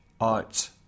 art